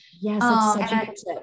Yes